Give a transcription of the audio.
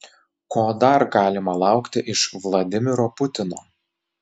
ko dar galima laukti iš vladimiro putino